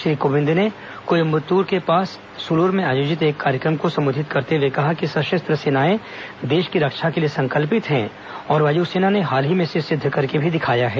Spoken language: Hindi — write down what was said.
श्री कोविंद ने कोयम्बट्र के पास सुलूर में आयोजित एक कार्यक्रम को संबोधित करते हुए कहा कि सशस्त्र सेनाएं देश की रक्षा के लिए संकल्पित हैं और वायुसेना ने हाल ही में इसे सिद्ध करके भी दिखाया है